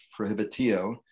prohibitio